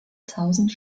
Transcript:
tausend